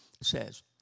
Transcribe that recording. says